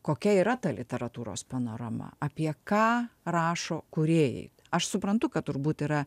kokia yra ta literatūros panorama apie ką rašo kūrėjai aš suprantu kad turbūt yra